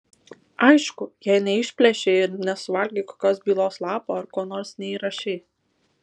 aišku jei neišplėšei ir nesuvalgei kokio bylos lapo ar ko nors neįrašei